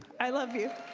i love you.